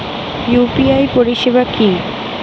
UPI পরিসেবা কি?